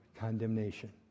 condemnation